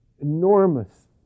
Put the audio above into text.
Enormous